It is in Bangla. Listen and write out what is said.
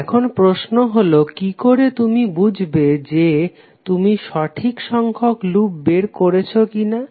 এখন প্রশ্ন হলো কিকরে তুমি বুঝবে যে তুমি সঠিক সংখ্যক লুপ বের করেছো কিনা